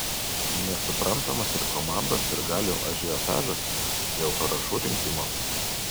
nesuprantamas ir komandos sirgalių ažiotažas dėl parašų rinkimo